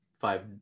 five